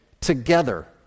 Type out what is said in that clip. together